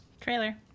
Trailer